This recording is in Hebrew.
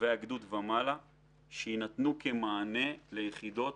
ומעלה שיינתנו כמענה ליחידות